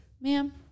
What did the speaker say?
ma'am